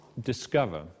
discover